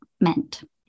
meant